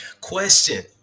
Question